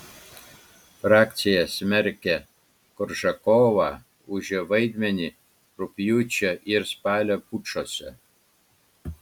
frakcija smerkia koržakovą už jo vaidmenį rugpjūčio ir spalio pučuose